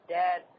dad